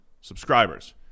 subscribers